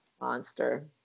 monster